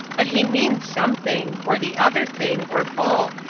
but he means something or the other thing, or both.